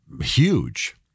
huge